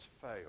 fail